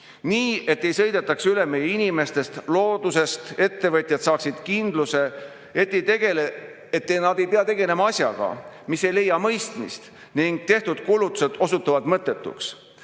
nii et ei sõidetaks üle meie inimestest, loodusest, ettevõtjad saaksid kindluse, et nad ei pea tegelema asjaga, mis ei leia mõistmist, ning tehtud kulutused osutuvad mõttetuks.